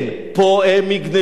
פה הם יגנבו.